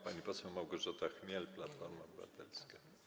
Pani poseł Małgorzata Chmiel, Platforma Obywatelska.